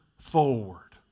forward